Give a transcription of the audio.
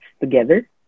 together